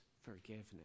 forgiveness